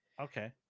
Okay